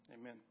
Amen